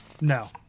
no